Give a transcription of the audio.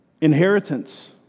inheritance